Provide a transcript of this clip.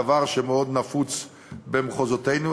דבר מאוד נפוץ במחוזותינו,